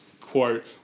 quote